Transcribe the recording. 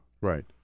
Right